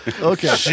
Okay